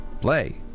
Play